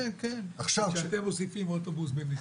כשאתם מוסיפים אוטובוס?